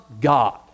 God